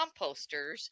composters